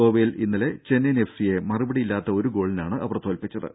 ഗോവയിൽ ഇന്നലെ ചെന്നൈയിൻ എഫ്സി യെ മറുപടിയില്ലാത്ത ഒരു ഗോളിനാണ് അവർ തോൽപ്പിച്ചത്